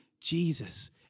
Jesus